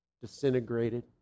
disintegrated